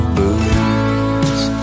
Boots